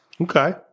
Okay